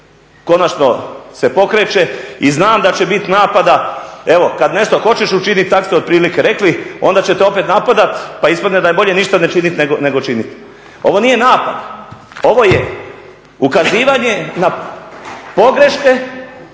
konačno se pokreće i znam da će biti napada. Evo kada nešto hoćeš učiniti tako ste otprilike rekli onda ćete opet napadati, pa ispadne da je bolje ništa ne činiti nego činiti. Ovo nije napad, ovo je ukazivanje na pogreške